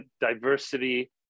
diversity